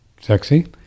sexy